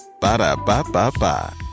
ba-da-ba-ba-ba